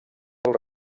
del